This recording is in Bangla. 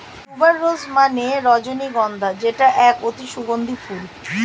টিউবার রোজ মানে রজনীগন্ধা যেটা এক অতি সুগন্ধি ফুল